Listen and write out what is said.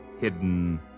hidden